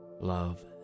love